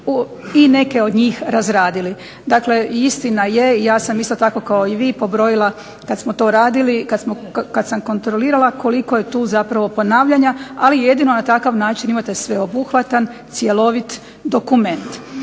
i neke od njih razradili. Dakle, istina je, ja sam isto tako kao i vi pobrojila kad smo to radili, kad sam kontrolirala koliko je tu zapravo ponavljanja, ali jedino na takav način imate sveobuhvatan cjelovit dokument.